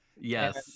Yes